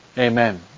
Amen